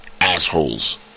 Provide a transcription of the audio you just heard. assholes